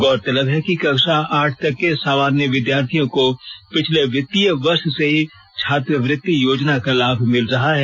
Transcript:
गौरतलब है कक्षा आठ तक के सामान्य विद्यार्थियों को पिछले वित्तीय वर्ष से ही छात्रवृति योजना का लाभ मिल रहा है